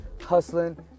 hustling